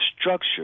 structure